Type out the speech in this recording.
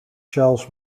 charles